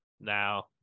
Now